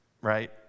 right